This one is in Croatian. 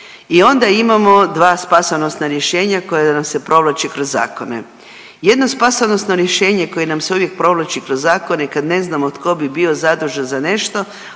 i onda imamo dva spasonosna rješenja koja nam se provlače kroz zakone. Jedno spasonosno rješenje koje nam se uvijek provlači kroz zakone kad ne znamo tko bi bio zadužen za nešto